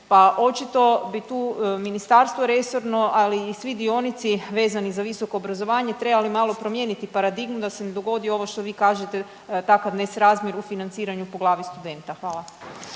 pa očito bi tu ministarstvo resorno, ali i svi dionici vezani za visoko obrazovanje trebali malo promijeniti paradigmu da se ne dogodi ovo što vi kažete takav nesrazmjer u financiranju po glavi studenta. Hvala.